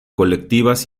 colectivas